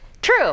True